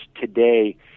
today